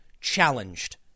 challenged